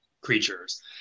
creatures